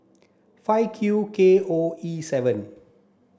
five Q K O E seven